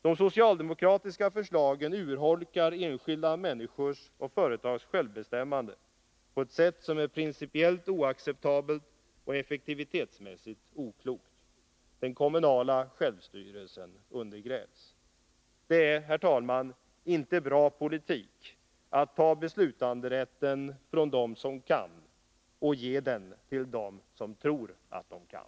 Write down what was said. De socialdemokratiska förslagen urholkar enskilda människors och företags självbestämmande på ett sätt som är principiellt oacceptabelt och effektivitetsmässigt oklokt. Den kommunala självstyrelsen undergrävs. Det är, herr talman, inte bra politik att ta beslutanderätten från dem som kan och ge den till dem som tror att de kan.